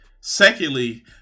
Secondly